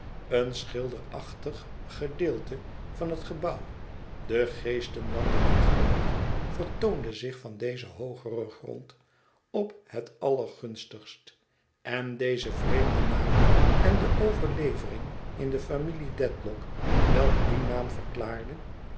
een schilderachtig gedeelte van het gebouw de geestenwandeling genoemd vertoonde zich van dezen hoogeren grond op het allergunstigst en deze vreemde naam en de overlevering in de familie dedlock welke dien naam verklaarde